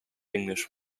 english